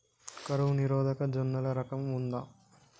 కరువు నిరోధక జొన్నల రకం ఉందా?